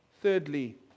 Thirdly